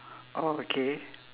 oh okay